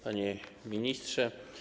Panie Ministrze!